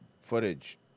footage